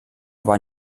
war